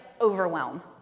overwhelm